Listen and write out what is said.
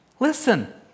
Listen